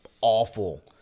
awful